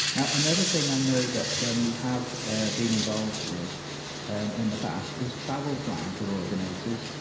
now, another thing i know that so um you have been involved with in the past is travel plan co-ordinators,